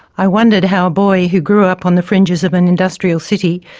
i wondered how a boy who grew up on the fringes of an industrial city,